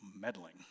meddling